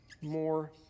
more